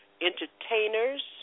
entertainers